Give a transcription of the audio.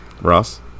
Ross